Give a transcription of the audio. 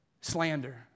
Slander